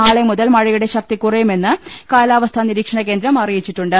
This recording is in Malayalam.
നാളെ മുതൽ മഴയുടെ ശക്തികുറയുമെന്ന് കാലാവസ്ഥാനിരീ ക്ഷണകേന്ദ്രം അറിയിച്ചിട്ടുണ്ട്